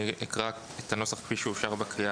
אני אקרא את הנוסח כפי שאושר בקריאה